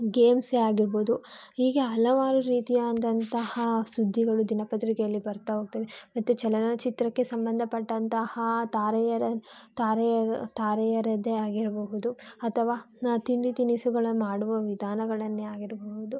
ಗೇಮ್ಸೆ ಆಗಿರ್ಬೋದು ಹೀಗೆ ಹಲವಾರು ರೀತಿಯಾದಂತಹ ಸುದ್ದಿಗಳು ದಿನಪತ್ರಿಕೆಯಲ್ಲಿ ಬರ್ತಾ ಹೋಗ್ತವೆ ಮತ್ತು ಚಲನಚಿತ್ರಕ್ಕೆ ಸಂಬಂಧಪಟ್ಟಂತಹ ತಾರೆಯರ ತಾರೆಯರ ತಾರೆಯರದ್ದೇ ಆಗಿರಬಹುದು ಅಥವಾ ನಾ ತಿಂಡಿ ತಿನಿಸುಗಳು ಮಾಡುವ ವಿಧಾನಗಳನ್ನೇ ಆಗಿರಬಹುದು